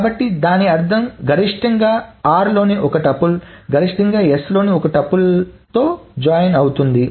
కాబట్టి దాని అర్థం గరిష్టంగా r లోని ఒక టుపుల్ గరిష్టంగా s లోని ఒక టుపుల్ s తో జాయిన్ అవుతుంది